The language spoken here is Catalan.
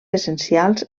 essencials